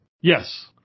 Yes